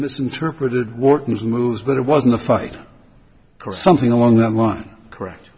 misinterpreted wharton's moves but it wasn't a fight or something along that line correct